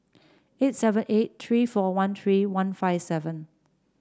eight seven eight three four one three one five seven